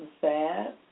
sad